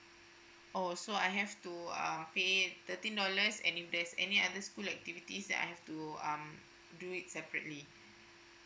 oh so I have to err pay thirteen dollars and if there's any other school activities that I've to um do it separately